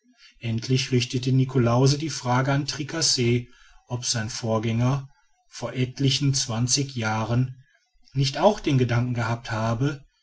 endlich richtete niklausse die frage an tricasse ob sein vorgänger vor etlichen zwanzig jahren nicht auch den gedanken gehabt habe